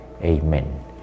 Amen